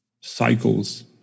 cycles